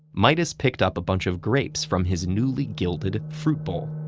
midas picked up a bunch of grapes from his newly gilded fruit bowl.